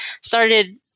started